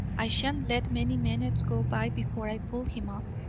i shan't let many minutes go by before i pull him up.